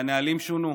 והנהלים שונו.